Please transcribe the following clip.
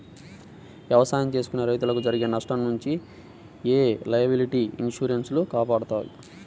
ఎవసాయం చేసుకునే రైతులకు జరిగే నష్టం నుంచి యీ లయబిలిటీ ఇన్సూరెన్స్ లు కాపాడతాయి